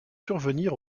survenir